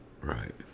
right